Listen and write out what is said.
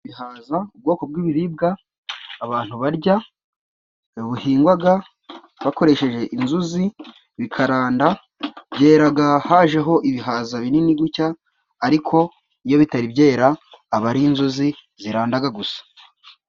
Ibihaza:ubwoko bw'ibiribwa abantu barya, buhingwaga bakoresheje inzuzi bikaranda, byeraga hajeho ibihaza binini gucya, ariko iyo bitari byera aba ari inzuzi zirandaga gusa.